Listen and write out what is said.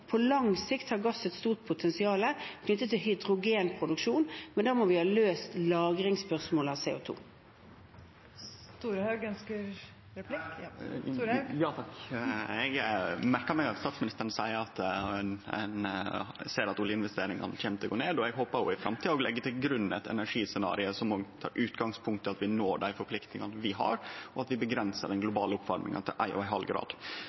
På lang sikt har gass et stort potensial knyttet til hydrogenproduksjon, men da må vi ha løst lagringsspørsmålet når det gjelder CO 2. Tore Storehaug – til oppfølgingsspørsmål. Eg merkar meg at statsministeren seier at ein ser at oljeinvesteringane kjem til å gå ned. Eg håpar ho òg i framtida legg til grunn eit energiscenario som har som utgangspunkt at vi når dei forpliktingane vi har, og at vi avgrensar den globale oppvarminga til